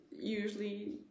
Usually